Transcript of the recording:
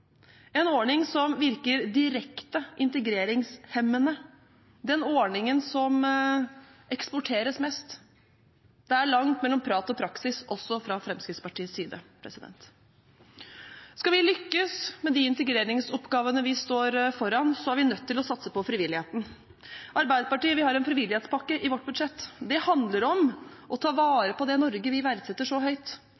en ordning som virker direkte integreringshemmende, den ordningen som eksporteres mest. Det er langt mellom prat og praksis, også fra Fremskrittspartiets side. Skal vi lykkes med de integreringsoppgavene vi står foran, er vi nødt til å satse på frivilligheten. Arbeiderpartiet har en frivillighetspakke i vårt budsjett. Det handler om å ta vare på det Norge vi verdsetter så høyt.